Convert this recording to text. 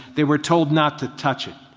they were told not to touch it.